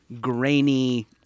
grainy